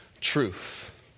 truth